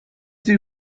sie